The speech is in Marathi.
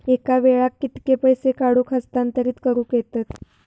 एका वेळाक कित्के पैसे काढूक व हस्तांतरित करूक येतत?